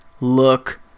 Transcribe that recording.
look